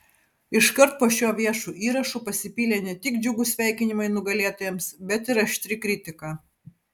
iškart po šiuo viešu įrašu pasipylė ne tik džiugūs sveikinimai nugalėtojams bet ir aštri kritika